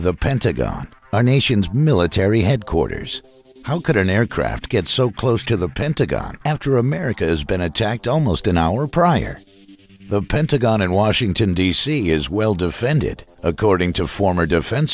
the pentagon our nation's military headquarters how could an aircraft get so close to the pentagon after america has been attacked almost an hour prior the pentagon in washington d c is well defended according to former defense